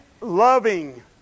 loving